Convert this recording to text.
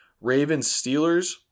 Ravens-Steelers